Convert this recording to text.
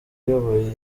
uyoboye